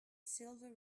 silver